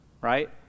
right